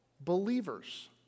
believers